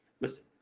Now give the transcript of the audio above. listen